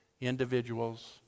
individuals